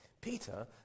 Peter